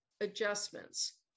adjustments